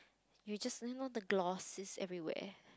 you're just you know the gloss is everywhere